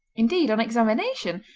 indeed, on examination,